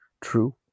True